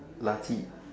lucky